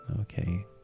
okay